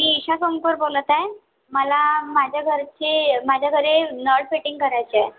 मी ईशा सोनकर बोलत आहे मला माझ्या घरची माझ्या घरी नळ फिटिंग करायची आहे